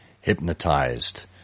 hypnotized